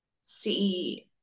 see